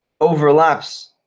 overlaps